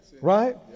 Right